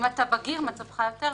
אם אתה בגיר, מצבך יותר טוב.